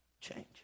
change